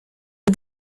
but